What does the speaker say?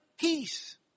peace